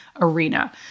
arena